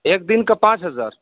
ایک دن کا پانچ ہزار